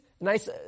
nice